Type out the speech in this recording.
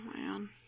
man